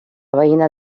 veïna